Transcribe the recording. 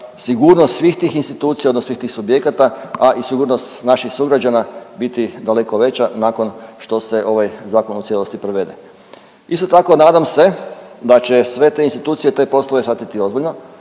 sigurnost svih tih institucija odnosno svih tih subjekata, a i sigurnost naših sugrađana biti daleko veća nakon što se ovaj zakon u cijelosti provede. Isto tako nadam se da će sve te institucije te poslove shvatiti ozbiljno.